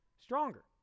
stronger